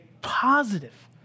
positive